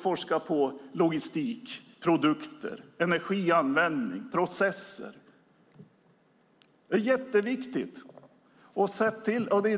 forska på logistik, produkter, energianvändning och processer. Det är jätteviktigt!